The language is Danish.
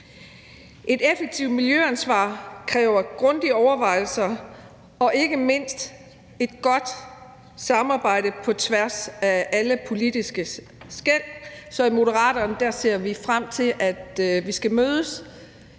Et effektivt miljøansvar kræver grundige overvejelser og ikke mindst et godt samarbejde på tværs af alle politiske skel, så i Moderaterne ser vi frem til, at vi inden